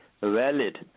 valid